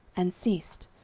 and ceased.